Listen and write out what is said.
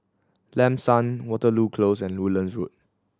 Lam San Waterloo Close and Woodlands Road